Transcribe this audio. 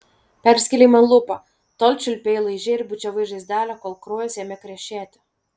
perskėlei man lūpą tol čiulpei laižei ir bučiavai žaizdelę kol kraujas ėmė krešėti